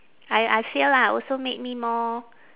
I I feel lah also make me more